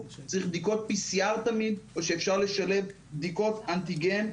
צריך תמיד בדיקות PCR או שאפשר לשלב בדיקות אנטיגן.